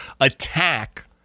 attack